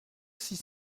six